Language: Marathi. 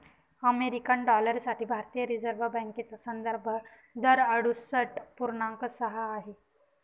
अमेरिकन डॉलर साठी भारतीय रिझर्व बँकेचा संदर्भ दर अडुसष्ठ पूर्णांक सहा आहे